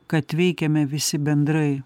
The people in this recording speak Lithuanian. kad veikiame visi bendrai